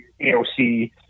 AOC